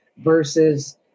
versus